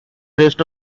rest